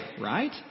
right